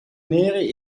nere